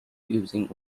using